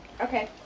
Okay